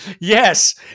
yes